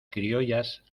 criollas